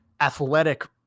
athletic